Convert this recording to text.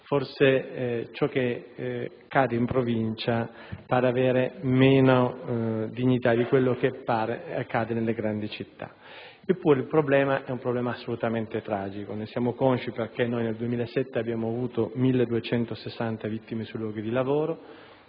forse ciò che accade in Provincia pare avere meno dignità di ciò che accade nelle grandi città. Eppure, il problema è assolutamente tragico; ne siamo consci perché nel 2007 abbiamo avuto 1.260 vittime sui luoghi di lavoro;